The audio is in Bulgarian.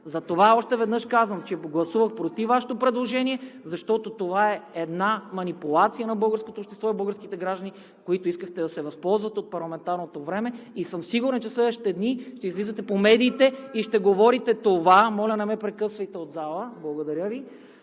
Затова още веднъж казвам, че гласувах против Вашето предложение, защото това е манипулация на българското общество, на българските граждани. Искахте да се възползвате от парламентарното време и съм сигурен, че в следващите дни ще излизате по медиите и ще говорите това... ХРИСТО ПРОДАНОВ (БСП за България,